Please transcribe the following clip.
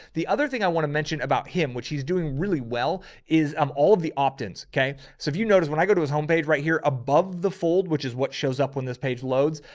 the other thing i want to mention about him, which he's doing really well is i'm all of the opt-ins. okay. so if you notice, when i go to his homepage right here above the fold, which is what shows up when this page loads,